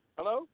Hello